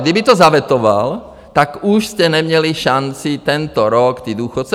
Kdyby to zavetoval, tak už jste neměli šanci tento rok důchodce okrást.